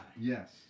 Yes